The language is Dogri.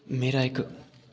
मेरा इक